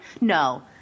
no